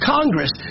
Congress